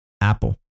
Apple